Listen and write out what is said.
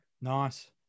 Nice